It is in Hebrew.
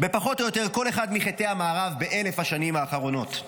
בפחות או יותר כל אחד מחטאי המערב ב- 1,000השנים האחרונות.